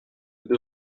nous